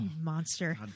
monster